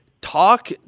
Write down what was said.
Talk